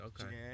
Okay